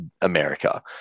America